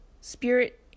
Spirit